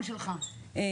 היום